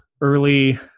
early